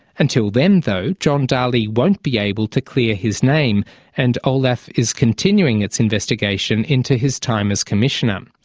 until then though, john dalli won't be able to clear his name and olaf is continuing its investigation into his time as commissioner.